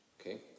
Okay